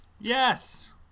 Yes